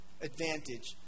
advantage